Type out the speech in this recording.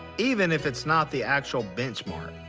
even if it's not the actual benchmark.